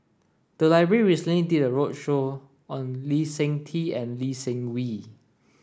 the library recently did a roadshow on Lee Seng Tee and Lee Seng Wee